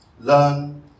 learn